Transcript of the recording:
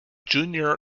junior